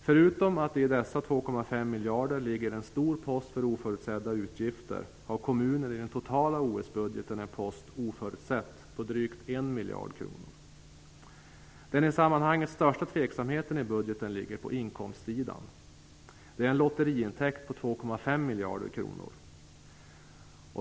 Förutom att det i dessa 2,5 miljarder ligger en stor post för oförutsedda utgifter har kommunen i den totala OS-budgeten en post Oförutsett på drygt 1 Den i sammanhanget största tveksamheten i budgeten ligger på inkomstsidan. Det är en lotteriintäkt på 2,5 miljarder kronor.